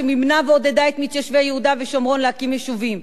שמימנה ועודדה את מתיישבי יהודה ושומרון להקים יישובים.